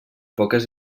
poques